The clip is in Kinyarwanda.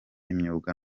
imyuga